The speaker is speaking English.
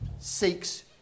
seeks